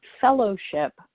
fellowship